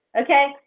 Okay